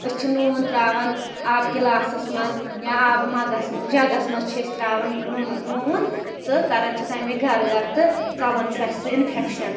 أسۍ چھِ نوٗن ترٛاوان آبہٕ گِلاسَس منٛز یا آبہٕ مَگس جَگَس منٛز چھِ أسۍ ترٛاوان نوٗن تہٕ کران چھِ تَمِکۍ گرٕ گرٕ تہٕ ژَلان چھُ اسہِ سُہ اِنفیٚکشَن